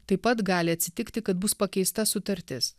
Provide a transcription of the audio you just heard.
taip pat gali atsitikti kad bus pakeista sutartis